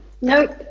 Nope